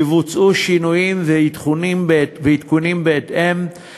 יבוצעו שינויים ועדכונים בהתאם,